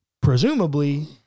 presumably